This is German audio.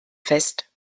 fest